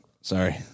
Sorry